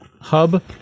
hub